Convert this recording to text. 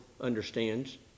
understands